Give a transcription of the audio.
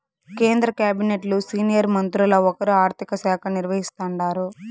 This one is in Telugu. కేంద్ర కాబినెట్లు సీనియర్ మంత్రుల్ల ఒకరు ఆర్థిక శాఖ నిర్వహిస్తాండారు